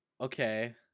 Okay